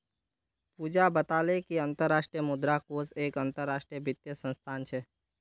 पूजा बताले कि अंतर्राष्ट्रीय मुद्रा कोष एक अंतरराष्ट्रीय वित्तीय संस्थान छे